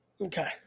Okay